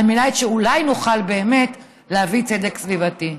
כדי שאולי נוכל באמת להביא צדק סביבתי.